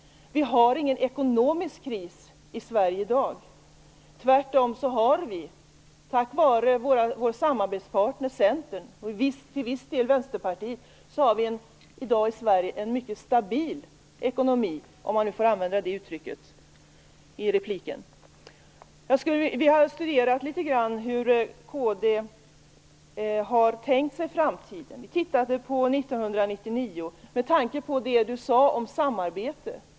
Vi har ingen ekonomisk kris i Sverige i dag. Tvärtom har vi tack vare vår samarbetspartner Centern och till viss del Vänsterpartiet en mycket stabil ekonomi i Sverige i dag, om man får använda det uttrycket. Vi har studerat hur kd har tänkt sig framtiden med tanke på det Dan Ericsson sade om samarbete.